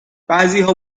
بعضیها